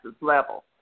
level